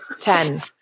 Ten